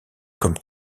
comme